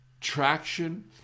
traction